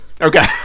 Okay